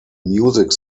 music